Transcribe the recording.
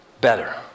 Better